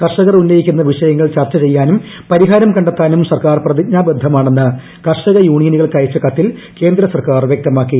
കർഷകർ ഉന്നയിക്കുന്ന വിഷയങ്ങൾ ചർച്ച ചെയ്യാനും പരിഹാരം കണ്ടെത്താനും സർക്കാർ പ്രതിജ്ഞാബന്ധമാണെന്ന് കർഷക സംഘടനകൾക്ക് അയച്ച കത്തിൽ കേന്ദ്ര സർക്കാർ വൃക്തമാക്കി